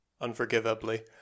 Unforgivably